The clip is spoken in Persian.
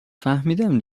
فهمیدم